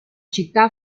città